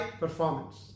performance